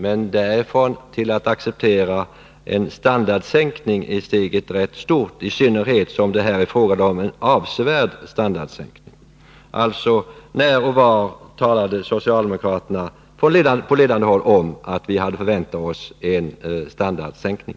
Men därifrån till att acceptera en standardsänkning är steget rätt stort, i synnerhet som det här är fråga om en avsevärd standardsänkning. Alltså: När och var talade socialdemokrater på ledande håll om att vi kunde förvänta oss en standardsänkning?